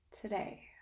today